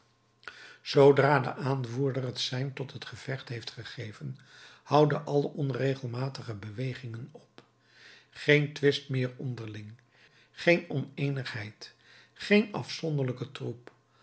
zoodra de aanvoerder het sein tot het gevecht heeft gegeven houden alle onregelmatige bewegingen op geen twist meer onderling geen oneenigheid geen afzonderlijke troep